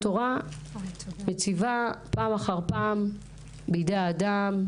התורה מציבה פעם אחר פעם בידי האדם,